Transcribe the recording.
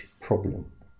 problem